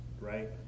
right